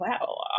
wow